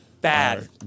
bad